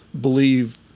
believe